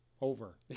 over